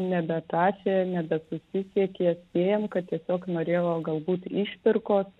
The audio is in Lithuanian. nebeatrašė nebesusisiekė spėjam kad tiesiog norėjo galbūt išpirkos